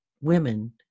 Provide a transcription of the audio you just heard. women